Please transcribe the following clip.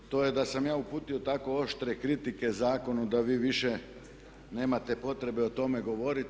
To je da sam ja uputio tako oštre kritike zakonu da vi više nemate potrebe o tome govoriti.